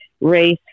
race